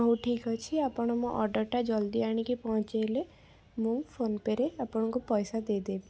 ହଉ ଠିକ୍ ଅଛି ଆପଣ ମୋ ଅର୍ଡ଼ରଟା ଜଲଦି ଆଣିକି ପହଞ୍ଚାଇଲେ ମୁଁ ଫୋନ ପେ'ରେ ଆପଣଙ୍କୁ ପଇସା ଦେଇଦେବି